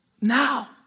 now